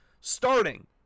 starting